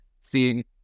Seeing